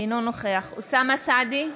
אינו נוכח אוסאמה סעדי,